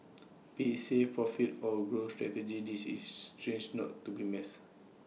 be IT save profit or growth strategies is stage not to be missed